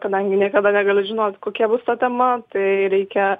kadangi niekada negali žinot kokia bus ta tema tai reikia